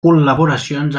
col·laboracions